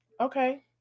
Okay